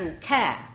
care